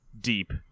deep